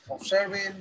observing